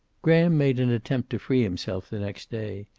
graham made an attempt to free himself the next day.